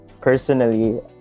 personally